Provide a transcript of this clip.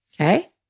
Okay